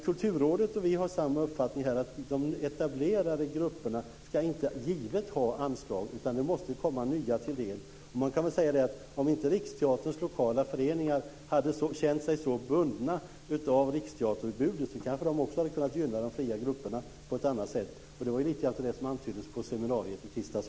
Kulturrådet och vi har samma uppfattning här, nämligen att de etablerade grupperna inte givet ska ha anslag, utan det här måste komma nya till del. Om inte Riksteaterns lokala föreningar hade känt sig så bundna av riksteaterbudet skulle kanske också de ha kunnat gynna de fria grupperna på ett annat sätt. Det var lite grann det som antyddes också på seminariet i tisdags.